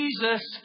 Jesus